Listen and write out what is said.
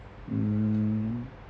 mm